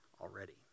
already